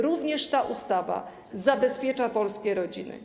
Również ta ustawa zabezpiecza polskie rodziny.